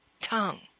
tongue